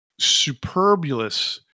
superbulous